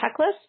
checklist